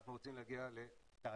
אנחנו רוצים להגיע לתעשייה,